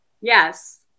Yes